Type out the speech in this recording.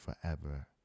forever